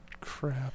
crap